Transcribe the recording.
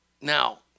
Now